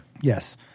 Yes